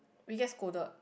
we get scolded